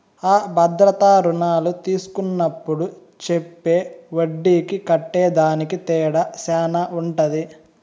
అ భద్రతా రుణాలు తీస్కున్నప్పుడు చెప్పే ఒడ్డీకి కట్టేదానికి తేడా శాన ఉంటది